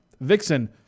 Vixen